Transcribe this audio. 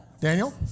Daniel